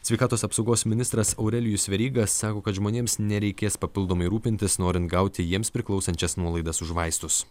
sveikatos apsaugos ministras aurelijus veryga sako kad žmonėms nereikės papildomai rūpintis norint gauti jiems priklausančias nuolaidas už vaistus